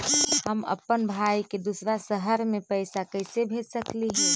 हम अप्पन भाई के दूसर शहर में पैसा कैसे भेज सकली हे?